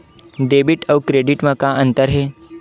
Debit अउ credit म का अंतर हे?